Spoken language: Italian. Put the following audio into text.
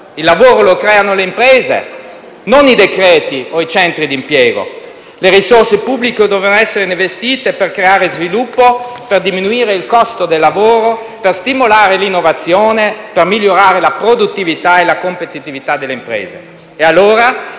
Il lavoro lo creano le imprese, non i decreti o i centri per l'impiego. Le risorse pubbliche devono essere investite per creare sviluppo, per diminuire il costo del lavoro, per stimolare l'innovazione, per migliorare la produttività e la competitività delle imprese. Ben